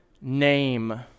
name